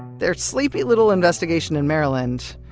their sleepy little investigation in maryland.